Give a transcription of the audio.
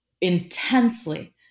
intensely